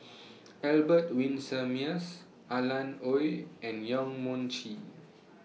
Albert Winsemius Alan Oei and Yong Mun Chee